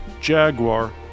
Jaguar